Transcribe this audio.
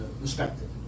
respected